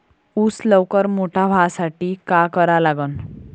ऊस लवकर मोठा व्हासाठी का करा लागन?